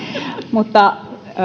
mutta